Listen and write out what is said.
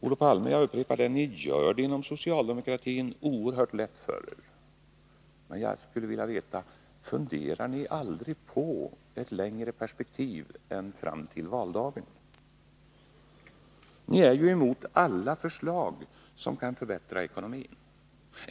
Jag upprepar: Olof Palme, ni gör det inom socialdemokratin oerhört lätt för er. Jag skulle vilja veta: Funderar ni aldrig på ett längre perspektiv än fram till valdagen? Ni är ju emot alla förslag som kan förbättra ekonomin.